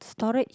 storage